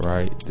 Right